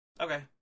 Okay